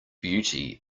beauty